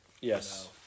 Yes